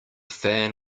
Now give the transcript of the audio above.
fan